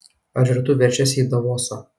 ar ir tu veršiesi į davosą